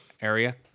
area